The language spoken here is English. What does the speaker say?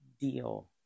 deal